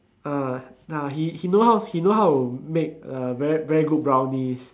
uh ah he know he know how to make uh very very good brownies